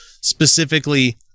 specifically